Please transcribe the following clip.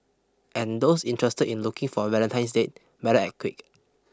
and those interested in looking for a Valentine's date better act quick